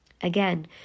Again